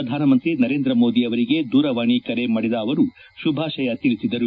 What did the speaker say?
ಪ್ರಧಾನಮಂತ್ರಿ ನರೇಂದ್ರ ಮೋದಿ ಅವರಿಗೆ ದೂರವಾಣಿ ಕರೆ ಮಾಡಿ ಅವರು ಶುಭಾಶಯ ಕೋರಿದರು